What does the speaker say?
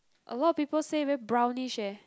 a lot of people say very brownish eh